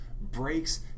breaks